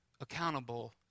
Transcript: accountable